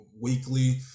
weekly